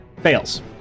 fails